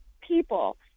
people